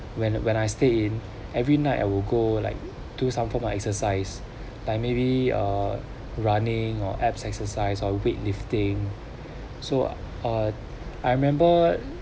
when when I stay in every night I will go like do some form of exercise like maybe uh running or abs exercise or weightlifting so uh I remember